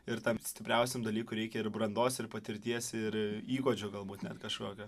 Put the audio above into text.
ir tam stipriausiam dalykui reikia ir brandos ir patirties ir įgūdžio galbūt net kažkokio